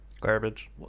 Garbage